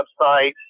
website